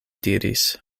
diris